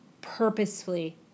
purposefully